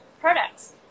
products